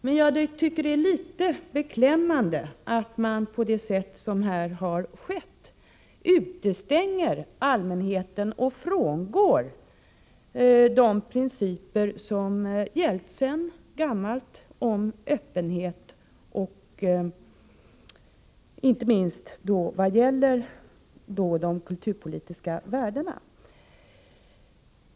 Jag tycker dock att det är litet beklämmande att man på det sätt som här har skett utestänger allmänheten och frångår de principer som gällt sedan länge om öppenhet, inte minst vad gäller de kulturpolitiska värdena.